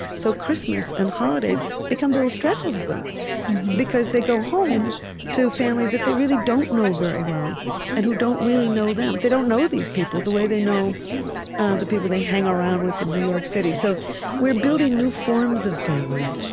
so christmas and holidays become very stressful for them because they go home to families that they really don't know very well and who don't really know them. they don't know these people they way they know the people they hang around with in new york city. so we're building new forms of family